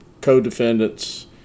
co-defendants